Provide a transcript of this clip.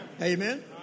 Amen